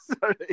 Sorry